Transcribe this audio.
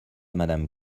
madame